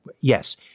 Yes